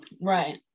Right